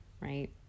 right